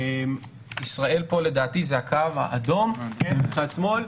ישראל זה הקו האדום מצד שמאל,